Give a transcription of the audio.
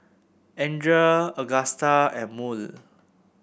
Andrea Agusta and Murl